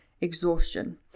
exhaustion